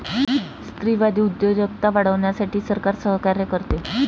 स्त्रीवादी उद्योजकता वाढवण्यासाठी सरकार सहकार्य करते